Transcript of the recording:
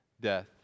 death